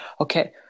okay